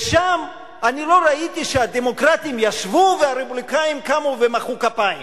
ושם אני לא ראיתי שהדמוקרטים ישבו והרפובליקנים קמו ומחאו כפיים.